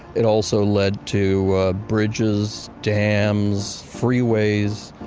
it also led to ah bridges, dams, freeways,